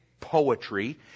poetry